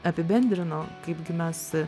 apibendrino kaipgi mes